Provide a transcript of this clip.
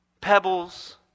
pebbles